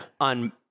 on